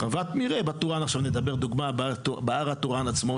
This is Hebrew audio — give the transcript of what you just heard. חוות מרעה שנמצאת בהר תורען עצמו,